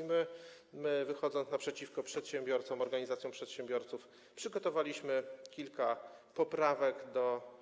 I my, wychodząc naprzeciw przedsiębiorcom, organizacjom przedsiębiorców, przygotowaliśmy kilka poprawek do